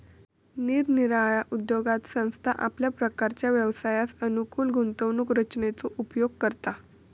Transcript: निरनिराळ्या उद्योगात संस्था आपल्या प्रकारच्या व्यवसायास अनुकूल गुंतवणूक रचनेचो उपयोग करता